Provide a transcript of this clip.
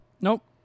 Nope